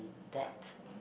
that